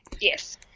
Yes